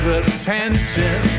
attention